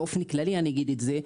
באופן כללי אני אגיד את זה,